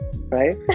right